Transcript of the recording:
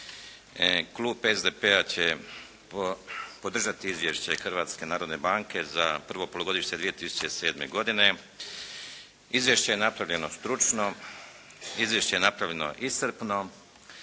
Klub SDP-a će podržati Izvješće Hrvatske narodne banke za prvo polugodište 2007. godine. Izvješće je napravljeno stručno, Izvješće je napravljeno iscrpno,